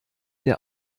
der